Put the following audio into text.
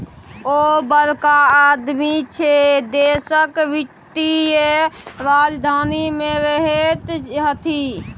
ओ बड़का आदमी छै देशक वित्तीय राजधानी मे रहैत छथि